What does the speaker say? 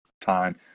time